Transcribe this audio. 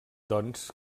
doncs